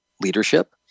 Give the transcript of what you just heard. leadership